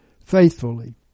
Faithfully